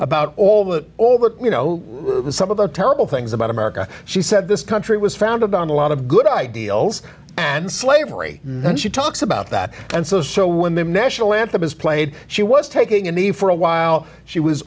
about all that all that you know some of the terrible things about america she said this country was founded on a lot of good ideals and slavery and she talks about that and so so when the national anthem is played she was taking a knee for a while she was